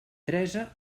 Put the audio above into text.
teresa